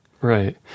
Right